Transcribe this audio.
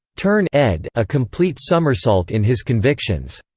turn ed a complete somersault in his convictions,